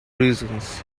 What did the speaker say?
reasons